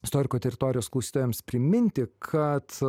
istoriko teritorijos kurstytojams priminti kad